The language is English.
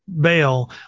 bail